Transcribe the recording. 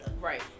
Right